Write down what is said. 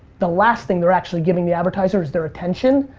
the last thing they're actually giving the advertiser is their attention.